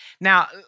Now